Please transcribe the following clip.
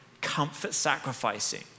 comfort-sacrificing